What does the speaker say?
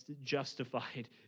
justified